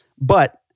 but-